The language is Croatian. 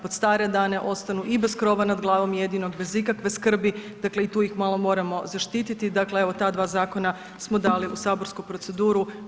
Pod stare dane ostanu i bez krova na glavom jedino, bez ikakve skrbi, dakle i tu ih malo moramo zaštiti, dakle evo, ta dva zakona smo dali u saborsku proceduru.